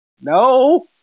No